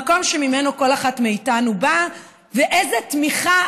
המקום שממנו כל אחת מאיתנו באה ואיזה תמיכה